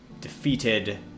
defeated